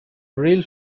reel